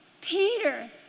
Peter